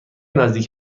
نزدیک